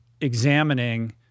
examining